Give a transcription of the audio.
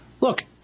look